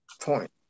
point